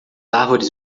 árvores